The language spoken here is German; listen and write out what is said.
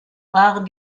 waren